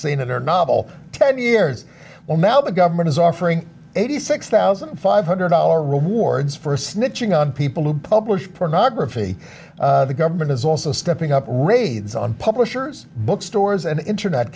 scene in her novel ten years well now the government is offering eighty six thousand five hundred dollar rewards for snitching on people who publish pornography the government is also stepping up raids on publishers bookstores and internet